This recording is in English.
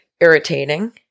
irritating